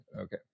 okay